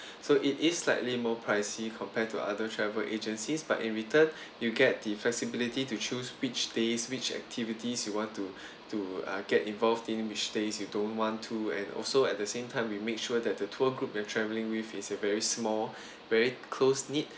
so it is slightly more pricey compared to other travel agencies but in return you get the flexibility to choose which days which activities you want to to uh get involved in which days you don't want to and also at the same time we make sure that the tour group that you're travelling with is a very small very close knit